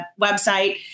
website